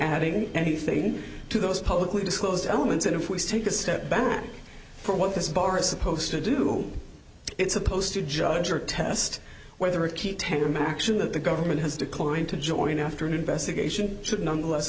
adding anything to those publicly disclosed elements and if we take a step back from what this bar is supposed to do it's supposed to judge or test whether a key take them action that the government has declined to join after an investigation should nonetheless